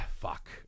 fuck